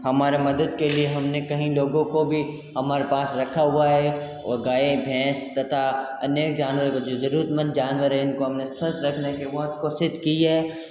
हमारी मदद के लिए हमने कहीं लोगो को भी हमारा पास रखा हुआ है और गाय भैंस तथा अनेक जानवर को जो ज़रूरतमंद जानवर हैं इनको हमने स्वस्थ रखने की बहुत कोशिश की है